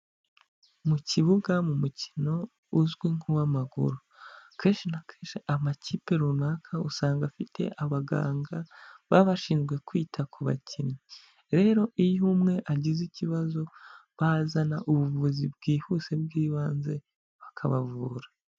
Mu kibuga mu mukino uzwi nk'uw'amaguru kenshi na kenshi amakipe runaka usanga afite abaganga baba bashinzwe kwita ku bakinnyi, rero iyo umwe agize ikibazo bazana ubuvuzi bwihuse bw'ibanze bakabavura.